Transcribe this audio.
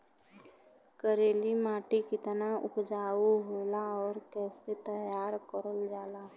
करेली माटी कितना उपजाऊ होला और कैसे तैयार करल जाला?